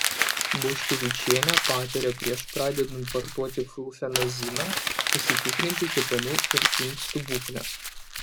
boškevičienė patarė prieš pradedant vartoti flufenaziną pasitikrinti kepenų ir inkstų būklę